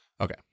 Okay